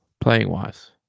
playing-wise